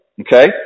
okay